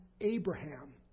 Abraham